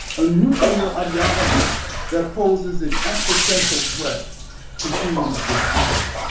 a nuclear ideology that poses an existential threat to human existence.